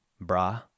bra